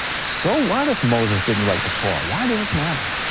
so what if moses didn't write the torah, why does this matter?